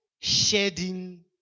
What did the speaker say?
shedding